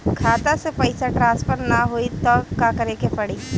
खाता से पैसा ट्रासर्फर न होई त का करे के पड़ी?